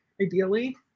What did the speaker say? ideally